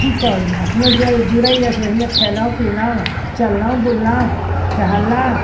की करू अपनो जे जुड़ै यऽ से खेलहुँ पीलहुँ चललहुँ बुललहुँ टहललहुँ